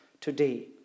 today